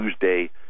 Tuesday